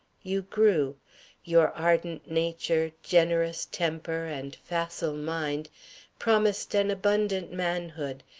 you grew your ardent nature, generous temper, and facile mind promised an abundant manhood,